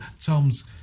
Tom's